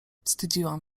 wstydziłam